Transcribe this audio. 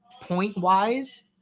point-wise